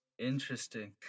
interesting